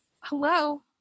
hello